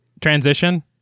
Transition